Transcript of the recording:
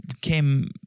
came